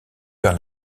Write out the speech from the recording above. vers